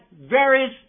various